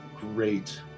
great